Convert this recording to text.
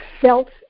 felt